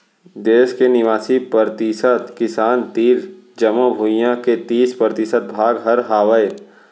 देस के नवासी परतिसत किसान तीर जमो भुइयां के तीस परतिसत भाग हर हावय